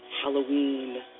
Halloween